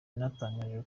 yanatangaje